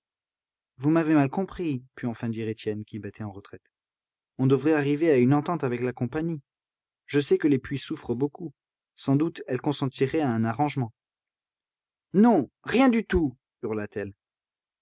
vous m'avez mal compris put enfin dire étienne qui battait en retraite on devrait arriver à une entente avec la compagnie je sais que les puits souffrent beaucoup sans doute elle consentirait à un arrangement non rien du tout